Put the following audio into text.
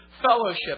fellowship